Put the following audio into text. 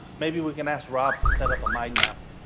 maybe we can ask rob to set up a mind map.